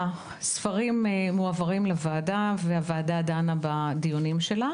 הספרים מועברים לוועדה, והוועדה דנה בדברים.